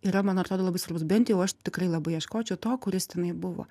yra man atrodo labai svarbus bent jau aš tikrai labai ieškočiau to kuris tenai buvo